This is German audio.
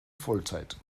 vollzeit